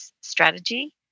strategy